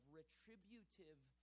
retributive